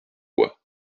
bois